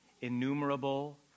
innumerable